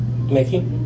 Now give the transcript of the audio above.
Mickey